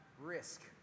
risk